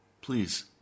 Please